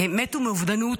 "מתו מאובדנות",